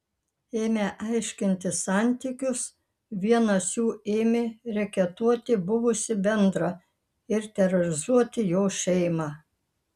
ėmę aiškintis santykius vienas jų ėmė reketuoti buvusį bendrą ir terorizuoti jo šeimą